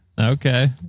Okay